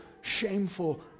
shameful